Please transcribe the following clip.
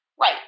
Right